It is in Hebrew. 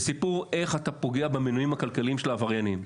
זה סיפור איך אתה פוגע במניעים הכלכליים של העבריינים.